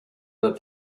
that